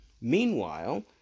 Meanwhile